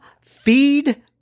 feed